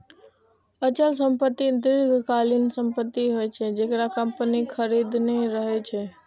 अचल संपत्ति दीर्घकालीन संपत्ति होइ छै, जेकरा कंपनी खरीदने रहै छै